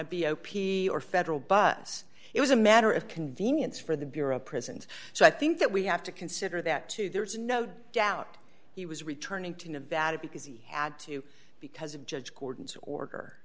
a b o p or federal bus it was a matter of convenience for the bureau of prisons so i think that we have to consider that too there's no doubt he was returning to nevada because he had to because of judge gordon's order